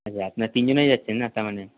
আচ্ছা আপনারা তিনজনেই যাচ্ছেন না তার মানে